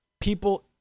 people